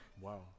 Wow